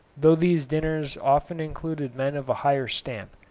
though these dinners often included men of a higher stamp,